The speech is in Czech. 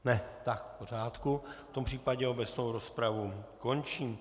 Ne, v pořádku, v tom případě obecnou rozpravu končím.